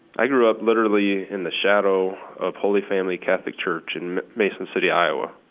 i grew up literally in the shadow of holy family catholic church in mason city, iowa.